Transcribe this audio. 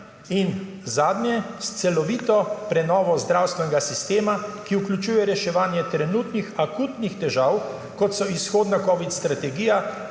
in zadnje, s celovito prenovo zdravstvenega sistema, ki vključuje reševanje trenutnih akutnih težav, kot so izhodna covid strategija,